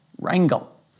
wrangle